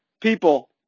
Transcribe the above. people